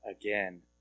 again